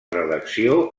redacció